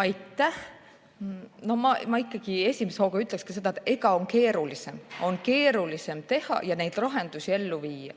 Aitäh! Ma ikkagi esimese hooga ütleksin, et on keerulisem teha ja neid lahendusi ellu viia.